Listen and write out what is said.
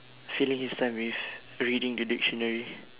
filling his time with reading the dictionary